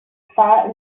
far